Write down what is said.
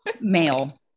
male